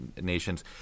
nations